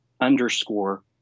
underscore